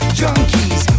junkies